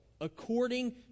according